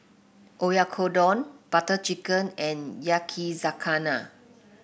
Oyakodon Butter Chicken and Yakizakana